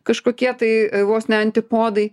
kažkokie tai vos ne antipodai